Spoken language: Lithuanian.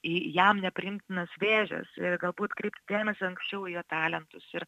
į jam nepriimtinas vėžias ir galbūt kreipti dėmesį anksčiau į jo talentus ir